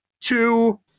two